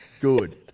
Good